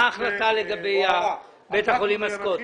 מה ההכנסה לגבי בית החולים הסקוטי?